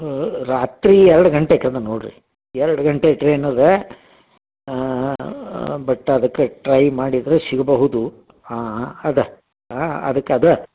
ರಾತ್ರಿ ಎರಡು ಗಂಟೆಗ್ ಅದ ನೋಡಿರಿ ಎರಡು ಗಂಟೆ ಟ್ರೈನ್ ಅದ ಬಟ್ ಅದ್ಕೆ ಟ್ರೈ ಮಾಡಿದ್ರೆ ಸಿಗಬಹುದು ಹಾಂ ಹಾಂ ಅದ ಅದ್ಕೆ ಅದ